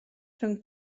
rhwng